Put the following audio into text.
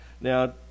Now